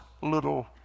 little